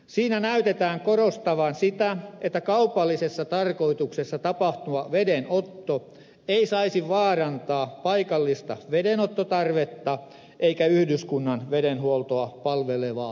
siinä näkyy korostettavan sitä että kaupallisessa tarkoituksessa tapahtuva vedenotto ei saisi vaarantaa paikallista vedenottotarvetta eikä yhdyskunnan vedenhuoltoa palvelevaa vedenottoa